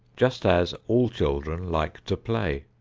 just as all children like to play.